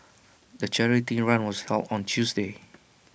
the charity run was held on Tuesday